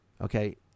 Okay